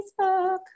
Facebook